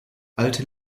alte